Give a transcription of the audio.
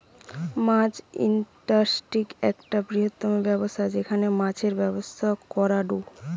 মাছ industry একটা বৃহত্তম ব্যবসা যেখানে মাছের ব্যবসা করাঢু